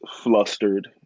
flustered